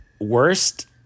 worst